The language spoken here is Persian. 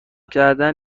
کردن